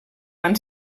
van